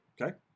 Okay